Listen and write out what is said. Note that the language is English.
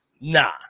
Nah